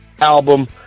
album